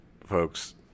folks